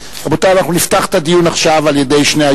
ואנחנו אומרים: הרצון לשלום איננו מונופול של אף אחד.